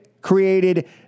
created